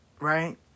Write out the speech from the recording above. Right